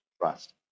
trust